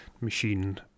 machine